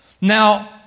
Now